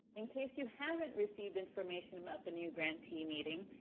in case you haven't received information about the new grantee meeting,